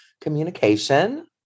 communication